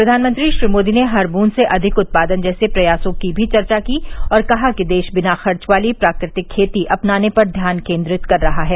प्रधानमंत्री श्री मोदी ने हर बूंद से अधिक उत्पादन जैसे प्रयासों की भी चर्चा की और कहा कि देश बिना खर्च वाली प्राकृ तिक खेती अपनाने पर ध्यान केन्द्रित कर रहा है